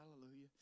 hallelujah